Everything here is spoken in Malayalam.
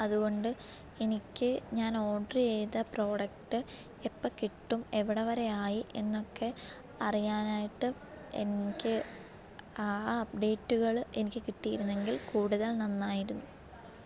അതുകൊണ്ട് എനിക്ക് ഞാൻ ഓഡറ് ചെയ്ത പ്രോഡക്റ്റ് എപ്പം കിട്ടും എവിടെ വരെ ആയി എന്നൊക്കെ അറിയാനായിട്ട് എനിക്ക് ആ അപ്ഡേറ്റുകൾ എനിക്ക് കിട്ടിയിരുന്നെങ്കിൽ കൂടുതൽ നന്നായിരുന്നു